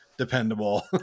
Dependable